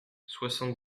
soixante